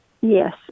Yes